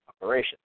operation